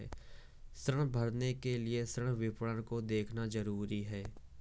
ऋण भरने के लिए ऋण विवरण को देखना ज़रूरी है